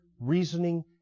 Reasoning